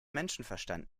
menschenverstand